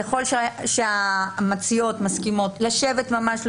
ככל שהמציעות מסכימות לשבת ממש,